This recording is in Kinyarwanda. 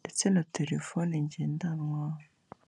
ndetse na telefone ngendanwa.